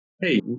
hey